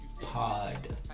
Pod